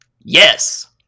Yes